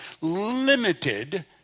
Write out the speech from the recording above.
limited